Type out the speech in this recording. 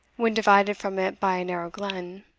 when divided from it by a narrow glen